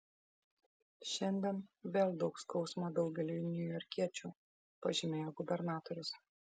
šiandien vėl daug skausmo daugeliui niujorkiečių pažymėjo gubernatorius